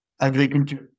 agriculture